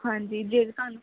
ਹਾਂਜੀ ਜੇ ਤਾਂ ਤੁਹਾਨੂੰ